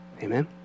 Amen